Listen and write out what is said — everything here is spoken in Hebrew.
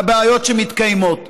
לבעיות שמתקיימות.